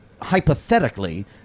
hypothetically